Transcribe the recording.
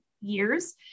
years